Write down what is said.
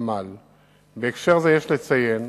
בהקשר זה יש לציין